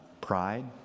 pride